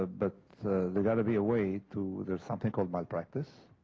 ah. but they're going to be away to there's something called my practice